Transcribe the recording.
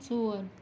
ژور